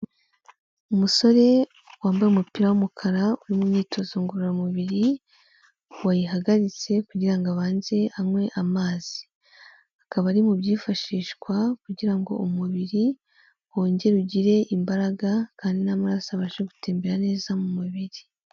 Umusore wambaye umupira w'umukara, uri imyitozo ngororamubiri, wayihagaritse kugira ngo abanze anywe amazi. Akaba ari mu byifashishwa kugira ngo umubiri wongere ugire imbaraga kandi n'amaraso abashe gutembera neza mu mubiri.